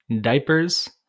diapers